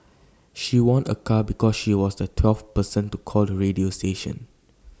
she won A car because she was the twelfth person to call the radio station